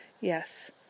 yes